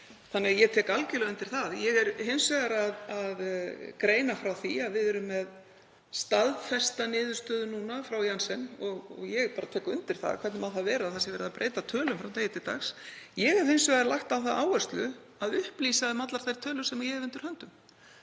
daginn, ég tek algjörlega undir það. Ég er hins vegar að greina frá því að við erum með staðfesta niðurstöðu núna frá Janssen og ég tek undir orð hv. þingmanns, hvernig má það vera að verið sé að breyta tölum frá degi til dags. Ég hef hins vegar lagt á það áherslu að upplýsa um allar þær tölur sem ég hef undir höndum.